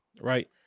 right